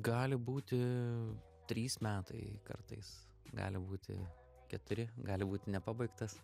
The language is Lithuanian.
gali būti trys metai kartais gali būti keturi gali būti nepabaigtas